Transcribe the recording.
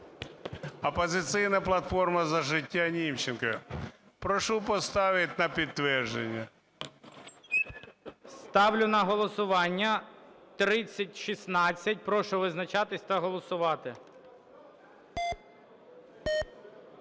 "Опозиційна платформа – За життя", Німченко. Прошу поставити на підтвердження. ГОЛОВУЮЧИЙ. Ставлю на голосування 3016. Прошу визначатись та голосувати.